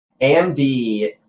AMD